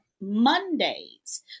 Mondays